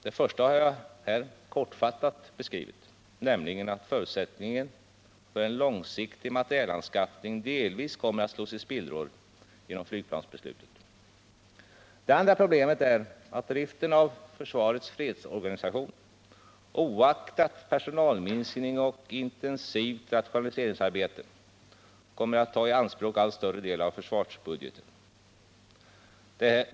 Det första har jag här kortfattat beskrivit, nämligen att förutsättningen för en långsiktig materielanskaffning delvis kommer att slås i spillror genom flygplansbeslutet. Det andra problemet är att driften av försvarets fredsorganisation — oaktat personalminskning och intensivt rationaliseringsarbete — kommer att ta i anspråk en allt större andel av försvarsbudgeten.